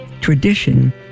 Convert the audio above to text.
tradition